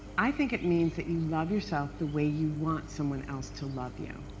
i think it means that you love yourself the way you want someone else to love you.